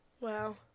Wow